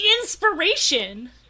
Inspiration